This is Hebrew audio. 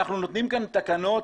אנחנו נותנים כאן תקנות,